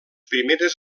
primeres